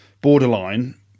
borderline